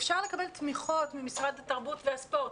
אפשר לקבל תמיכות ממשרד התרבות והספורט,